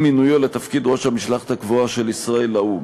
עם מינויו לתפקיד ראש המשלחת הקבועה של ישראל לאו"ם.